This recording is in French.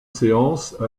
séance